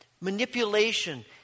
manipulation